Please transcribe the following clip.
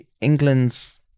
England's